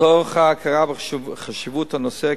מתוך ההכרה בחשיבות הנושא,